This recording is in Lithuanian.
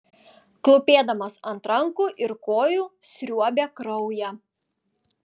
klūpėdamas ant rankų ir kojų sriuobė kraują